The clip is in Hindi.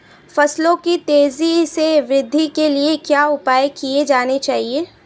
फसलों की तेज़ी से वृद्धि के लिए क्या उपाय किए जाने चाहिए?